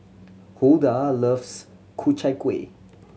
Hulda loves Ku Chai Kuih